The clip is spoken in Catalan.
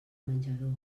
menjador